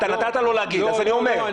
אתה נתת לו להגיב אז אני עונה.